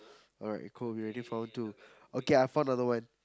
alright cool we already found two okay I found another one